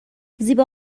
زیبا